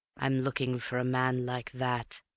i'm looking for a man like that.